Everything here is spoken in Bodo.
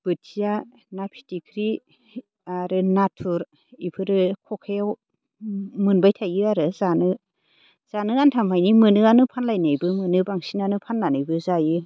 बोथिया ना फिथिग्रि आरो नाथुर बेफोरो ख'खायाव मोनबाय थायो आरो जानो जानो आन्था माने मोनोआनो फानलायनायबो मोनो बांसिनानो फाननानैबो जायो